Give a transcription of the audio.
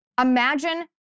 Imagine